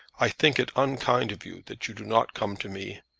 i think it unkind of you that you do not come to me.